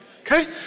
Okay